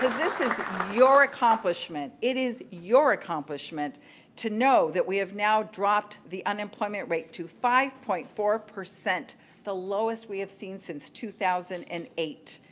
this is your accomplishment. it is your accomplishment to know that we have now dropped the unemployment rate to five point four, the lowest we have seen since two thousand and eight.